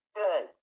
good